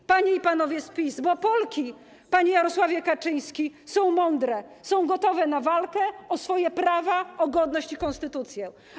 Bo Polki, panie i panowie z PiS, bo Polki, panie Jarosławie Kaczyński, są mądre, są gotowe na walkę o swoje prawa, o godność i konstytucję.